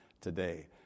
today